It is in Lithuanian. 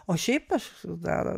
o šiaip aš esu dar